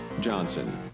Johnson